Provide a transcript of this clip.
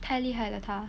太厉害了她